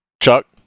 Chuck